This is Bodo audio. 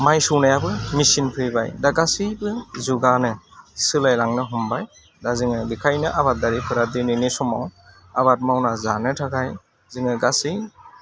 माय सौनायाबो मिचिन फैबाय दा गासैबो जुगानो सोलायलांनो हमबाय दा जोङो बेखायनो आबादारिफोरा दिनैनि समाव आबाद मावना जानो थाखाय जोङो गासै